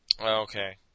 Okay